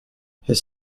his